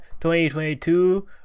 2022